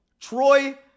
Troy